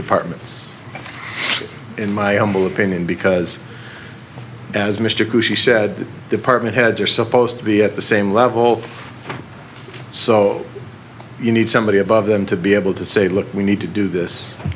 departments in my humble opinion because as mr coo she said department heads are supposed to be at the same level so you need somebody above them to be able to say look we need to do this